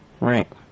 Right